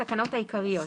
התקנות העיקריות),